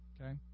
Okay